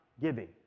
giving